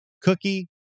Cookie